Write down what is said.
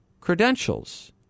credentials